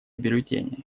бюллетени